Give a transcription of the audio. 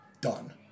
done